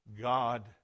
God